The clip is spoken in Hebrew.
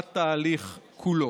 בתהליך כולו.